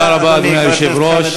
תודה רבה, אדוני היושב-ראש.